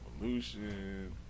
Revolution